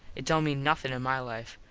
it dont mean nothin in my life.